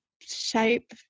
shape